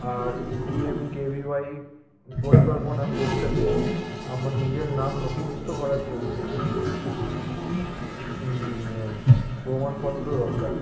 আর P M K V Y পরিকল্পনা কোর্সেতে আমার নিজের নাম নথিভুক্ত করার জন্যে কী কী প্রমাণপত্র দরকার